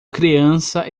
criança